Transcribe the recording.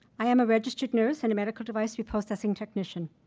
i am a registered nurse and a medical device reprocessing technician.